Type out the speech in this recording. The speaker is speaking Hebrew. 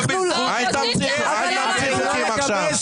אל תמציא חוקים עכשיו.